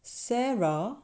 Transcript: sarah